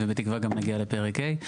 ובתקווה גם נגיע לפרק ה'.